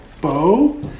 bow